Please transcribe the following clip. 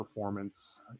performance